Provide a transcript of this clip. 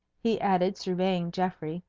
he added, surveying geoffrey,